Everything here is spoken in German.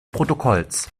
protokolls